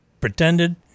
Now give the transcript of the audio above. pretended